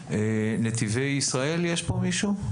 נתיבי ישראל יש פה מישהו?